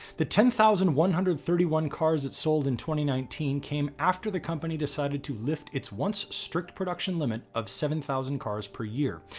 the ten thousand one hundred thirty one cars it sold in twenty nineteen came after the company decided to lift its once strict production limit of seven thousand cars per year.